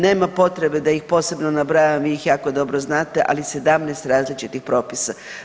Nema potrebe da ih posebno nabrajam, vi ih jako dobro znate, ali 17 različitih propisa.